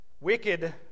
Wicked